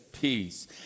peace